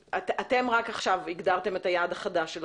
אתם רק עכשיו הגדרתם את היעד שלכם,